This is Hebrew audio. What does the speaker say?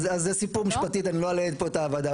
אז זה סיפור משפטי, אני לא אלאה פה את הוועדה.